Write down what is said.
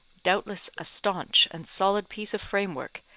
doubtless a staunch and solid piece of framework,